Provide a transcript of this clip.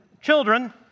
Children